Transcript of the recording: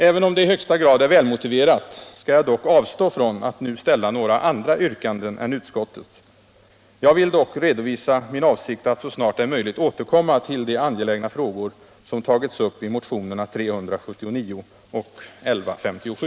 Även om det i högsta grad vore väl motiverat att nu ställa andra yrkanden än utskottets skall jag avstå från detta. Jag vill dock redovisa min avsikt att så snart det är möjligt återkomma till de angelägna frågor som tagits upp i motionerna 379 och 1157.